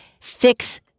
fix